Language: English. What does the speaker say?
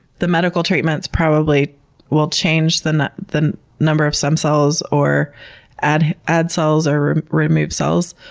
the medical treatments probably will change the the number of stem cells, or add add cells, or remove cells.